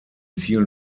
vielen